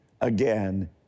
again